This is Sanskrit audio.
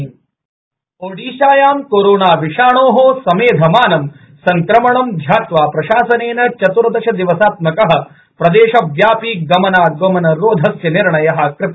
ओडिशा ओडिशायां कोरोनाविषाणोः समेधमानं सड़क्रमणं ध्यात्वा प्रशासनेन चतुर्दश दिवसात्मकः प्रदेशव्यापी गमनागमरोधस्य निर्णयः कृत